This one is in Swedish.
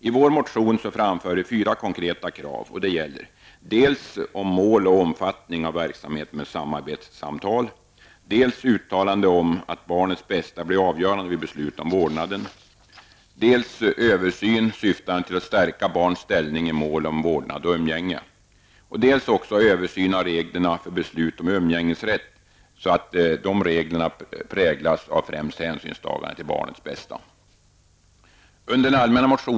I vår motion framför vi fyra konkreta krav. De gäller dels mål och omfattning av verksamheten med samarbetssamtal, dels uttalande om att barnets bästa blir avgörande vid beslut om vårdnaden, dels översyn syftande till att stärka barns ställning i mål om vårdnad och umgänge, dels översyn av reglerna för beslut om umgängesrätt så att reglerna präglas av främst hänsynstagande till barnets bästa.